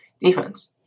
defense